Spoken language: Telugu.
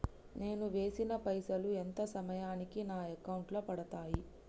నేను వేసిన పైసలు ఎంత సమయానికి నా అకౌంట్ లో పడతాయి?